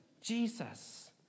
Jesus